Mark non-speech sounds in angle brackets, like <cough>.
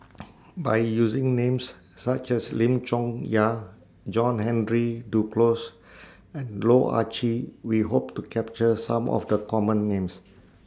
<noise> By using Names such as Lim Chong Yah John Henry Duclos and Loh Ah Chee We Hope to capture Some of The Common Names